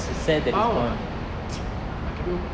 பாவம்லா:paavamlaa what to do